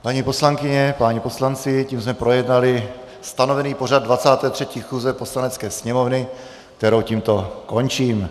Paní poslankyně, páni poslanci, tím jsme projednali stanovený pořad 23. schůze Poslanecké sněmovny, kterou tímto končím.